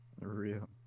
Real